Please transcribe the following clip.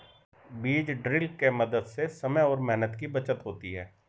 बीज ड्रिल के मदद से समय और मेहनत की बचत होती है